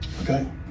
Okay